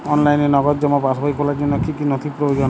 অনলাইনে নগদ জমা পাসবই খোলার জন্য কী কী নথি প্রয়োজন?